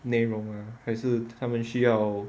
内容啊还是他们需要